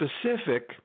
specific